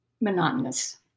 monotonous